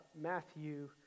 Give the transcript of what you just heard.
Matthew